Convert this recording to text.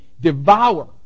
devour